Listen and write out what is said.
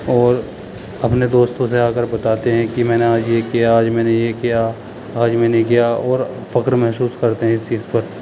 اور اپنے دوستوں سے آ کر بتاتے ہیں کہ میں نے آج یہ کیا آج میں نے یہ کیا آج میں نے کیا اور فخر محسوس کرتے ہیں اس چیز پر